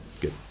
good